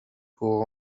pour